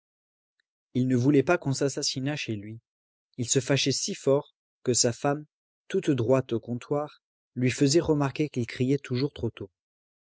il ne voulait pas qu'on s'assassinât chez lui il se fâchait si fort que sa femme toute droite au comptoir lui faisait remarquer qu'il criait toujours trop tôt